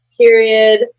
period